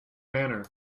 manner